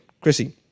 Chrissy